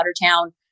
Watertown